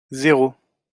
zéro